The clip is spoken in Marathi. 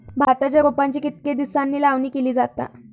भाताच्या रोपांची कितके दिसांनी लावणी केली जाता?